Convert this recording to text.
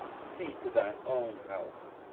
see to thine own house.